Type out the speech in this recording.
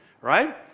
right